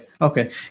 Okay